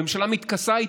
הממשלה מתכסה איתו.